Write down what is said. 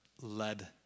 led